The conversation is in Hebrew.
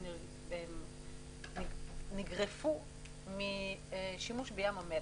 נגרפו משימוש בים המלח.